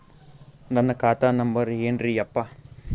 ನನ್ನ ಖಾತಾ ನಂಬರ್ ಏನ್ರೀ ಯಪ್ಪಾ?